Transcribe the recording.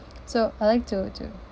so I'd like to to